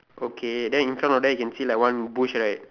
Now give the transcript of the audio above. okay then in front of them can see like one bush right